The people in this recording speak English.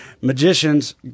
magicians